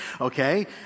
okay